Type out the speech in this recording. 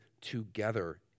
together